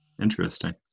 Interesting